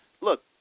Look